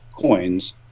coins